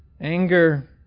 Anger